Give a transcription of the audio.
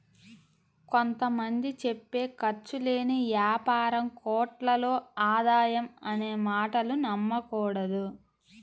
కొంత మంది చెప్పే ఖర్చు లేని యాపారం కోట్లలో ఆదాయం అనే మాటలు నమ్మకూడదు